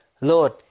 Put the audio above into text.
Lord